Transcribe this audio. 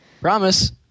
Promise